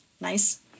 Nice